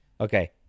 Okay